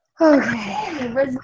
Okay